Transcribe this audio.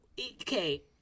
okay